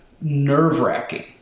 nerve-wracking